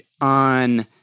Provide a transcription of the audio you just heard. on